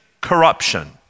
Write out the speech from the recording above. corruption